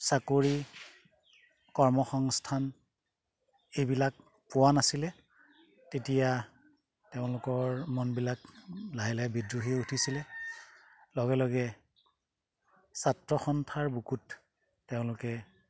চাকৰি কৰ্ম সংস্থান এইবিলাক পোৱা নাছিলে তেতিয়া তেওঁলোকৰ মনবিলাক লাহে লাহে বিদ্ৰোহী উঠিছিলে লগে লগে ছাত্ৰ সন্থাৰ বুকুত তেওঁলোকে